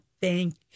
Thank